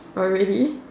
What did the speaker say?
orh really